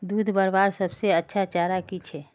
दूध बढ़वार सबसे अच्छा चारा की छे?